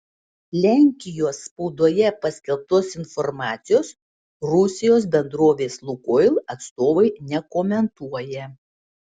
lenkijos spaudoje paskelbtos informacijos rusijos bendrovės lukoil atstovai nekomentuoja